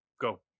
go